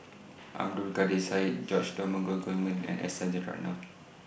Abdul Kadir Syed George Dromgold Coleman and S Rajaratnam